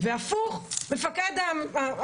זו בעיה משפטית, חוקית.